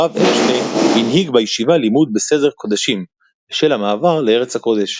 הרב אפשטיין הנהיג בישיבה לימוד בסדר קדשים בשל המעבר ל"ארץ הקודש".